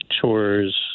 chores